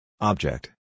Object